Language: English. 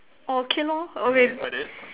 okay lor or with